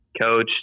coach